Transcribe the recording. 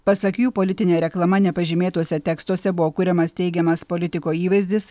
pasak jų politine reklama nepažymėtuose tekstuose buvo kuriamas teigiamas politiko įvaizdis